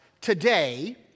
today